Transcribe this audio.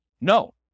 No